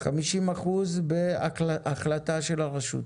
50% בהחלטה של הרשות,